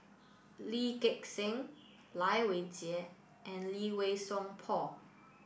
Lee Gek Seng Lai Weijie and Lee Wei Song Paul